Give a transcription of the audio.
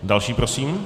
Další prosím.